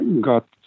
got